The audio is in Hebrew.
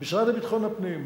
המשרד לביטחון הפנים,